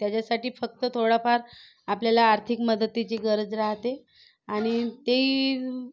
त्याच्यासाठी फक्त थोडाफार आपल्याला आर्थिक मदतीची गरज राहते आणि ते